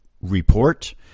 report